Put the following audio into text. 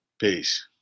Peace